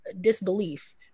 disbelief